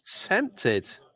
Tempted